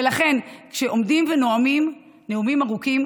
ולכן כשעומדים ונואמים נאומים ארוכים,